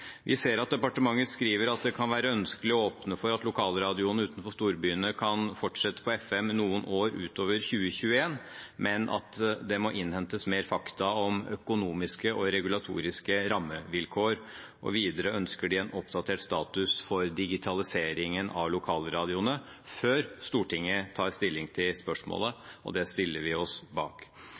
Vi ser at departementet skriver at det kan være ønskelig å åpne for at lokalradioene utenfor storbyene kan fortsette på FM noen år utover 2021, men at det må innhentes mer fakta om økonomiske og regulatoriske rammevilkår. Videre ønsker de en oppdatert status for digitalisering av lokalradioene før Stortinget tar stilling til spørsmålet. Det stiller vi oss bak.